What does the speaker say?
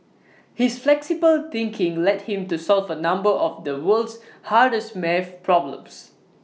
his flexible thinking led him to solve A number of the world's hardest math problems